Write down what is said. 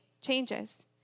changes